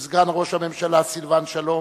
הוא סגן ראש הממשלה סילבן שלום,